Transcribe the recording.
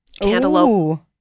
Cantaloupe